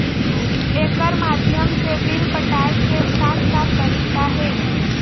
एकर माध्यम से बिल पटाए के का का तरीका हे?